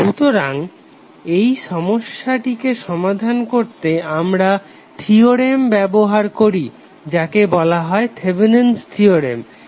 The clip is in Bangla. সুতরাং এই সমস্যাটিকে সমাধান করতে আমরা থিওরেম ব্যবহার করি যাকে বলা হয় থেভেনিন'স থিওরেম Thevenin's theorem